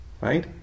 right